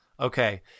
Okay